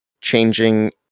changing